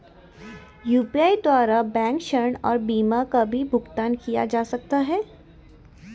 UPI द्वारा bank ऋण और बीमा का भी भुगतान किया जा सकता है?